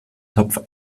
topf